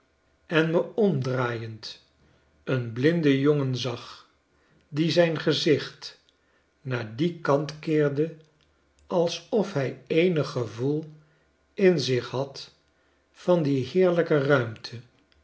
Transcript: en me omdraaiend een blinden jongen zag die zijn gezicht naar dien kant keerde alsof hij eenig gevoel in zich had van die heerlijke ruimte